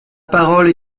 parole